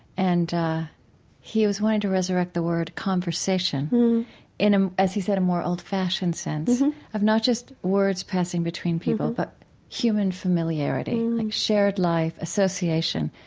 and he was wanting to resurrect the word conversation in, as he said, a more old-fashioned sense of not just words passing between people, but human familiarity like shared life, association.